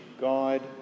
guide